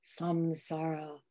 samsara